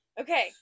Okay